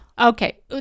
okay